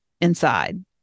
inside